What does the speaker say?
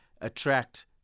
attract